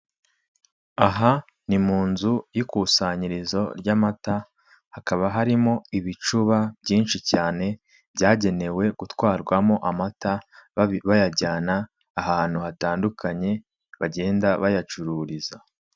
Aha ni mu nzu y'ikusanyirizo ry'amata hakaba harimo ibicuba byinshi cyane byagenewe gutwarwamo amata, bayajyana ahantu hatandukanye bagenda bayacururiza.